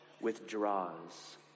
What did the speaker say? withdraws